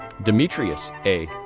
dimitrius a.